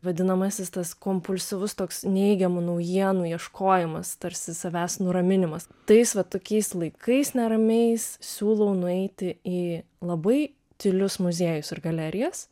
vadinamasis tas kompulsyvus toks neigiamų naujienų ieškojimas tarsi savęs nuraminimas tais va tokiais laikais neramiais siūlau nueiti į labai tylius muziejus ir galerijas